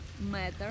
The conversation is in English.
matter